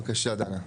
בבקשה דנה.